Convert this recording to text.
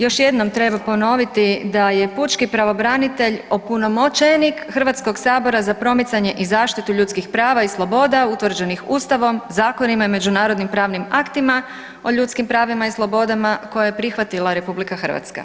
Još jednom treba ponoviti da je pučki pravobranitelj opunomoćenik HS za promicanje i zaštitu ljudskih prava i sloboda utvrđenih ustavom, zakonima i međunarodnim pravnim aktima o ljudskim pravima i slobodama koje je prihvatila RH.